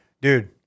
dude